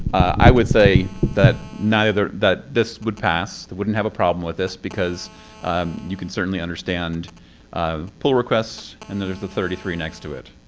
i would say that neither. that this would pass. i wouldn't have a problem with this. because you can certainly understand um pull requests, and there's the thirty three next to it.